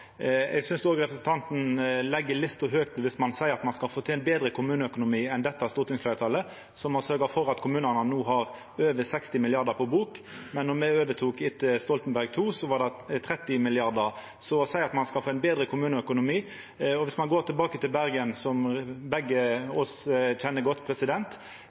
Eg synest òg representanten legg lista høgt viss ein seier ein skal få til ein betre kommuneøkonomi enn dette stortingsfleirtalet, som har sørgt for at kommunane no har over 60 mrd. kr på bok. Då me overtok etter Stoltenberg II, var det 30 mrd. kr, så det er betre økonomi. Viss ein går tilbake til Bergen, som me begge kjenner godt,